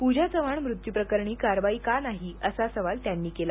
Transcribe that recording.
पूजा चव्हाण मृत्यूप्रकरणी कारवाई का नाही असा सवाल त्यांनी केला